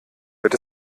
wird